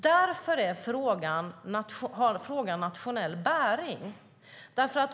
Därför har frågan nationell bäring.